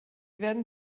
werden